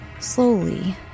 slowly